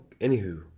Anywho